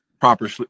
properly